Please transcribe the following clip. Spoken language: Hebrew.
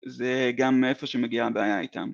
זה גם איפה שמגיע הבעיה איתם